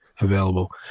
available